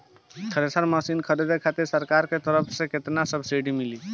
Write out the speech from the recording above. Thresher machine खरीदे खातिर सरकार के तरफ से केतना सब्सीडी मिली?